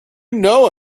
know